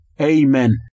Amen